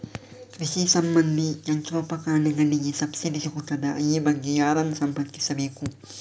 ಕೃಷಿ ಸಂಬಂಧಿ ಯಂತ್ರೋಪಕರಣಗಳಿಗೆ ಸಬ್ಸಿಡಿ ಸಿಗುತ್ತದಾ? ಈ ಬಗ್ಗೆ ಯಾರನ್ನು ಸಂಪರ್ಕಿಸಬೇಕು?